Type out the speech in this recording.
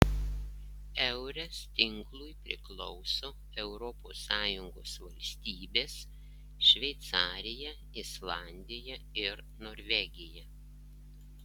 eures tinklui priklauso europos sąjungos valstybės šveicarija islandija ir norvegija